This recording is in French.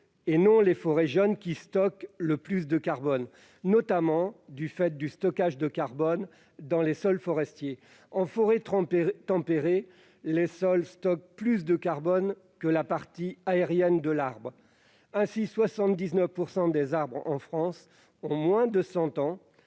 et non les forêts jeunes, qui stockent le plus de carbone, notamment du fait du stockage dans les sols forestiers. En forêt tempérée, les sols stockent plus de carbone que la partie aérienne de l'arbre. En France, 79 % des arbres ont moins de cent ans